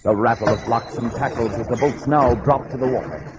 ah rapper's lox and tackle. oops now dropped to the woman